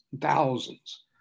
thousands